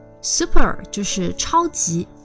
Super就是超级